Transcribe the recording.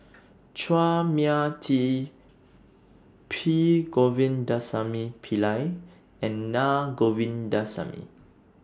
Chua Mia Tee P Govindasamy Pillai and Naa Govindasamy